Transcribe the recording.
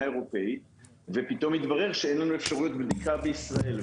אירופאיות ופתאום יתברר שאין לנו אפשרויות בדיקה בישראל.